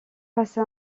passa